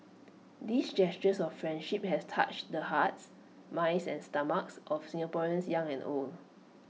these gestures of friendship has touched the hearts minds and stomachs of Singaporeans young and old